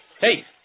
hey